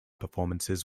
performances